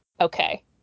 okay